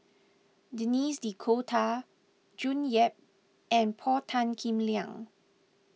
Denis D'Cotta June Yap and Paul Tan Kim Liang